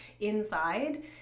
inside